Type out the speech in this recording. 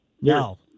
No